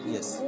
Yes